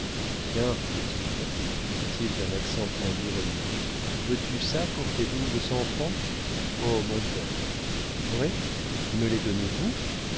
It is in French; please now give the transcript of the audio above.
tiens petite dit-il d'un accent plein d'ironie veux-tu ça pour tes douze cents francs o mon père vrai me les donnez-vous